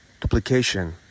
duplication